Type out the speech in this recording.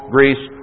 Greece